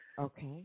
Okay